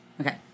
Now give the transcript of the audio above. Okay